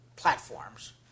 platforms